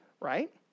right